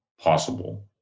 possible